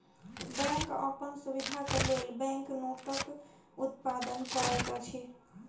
bank अपन सुविधाक लेल बैंक नोटक उत्पादन करैत अछि